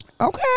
Okay